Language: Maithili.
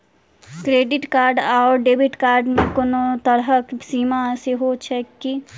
क्रेडिट कार्ड आओर डेबिट कार्ड मे कोनो तरहक सीमा सेहो छैक की?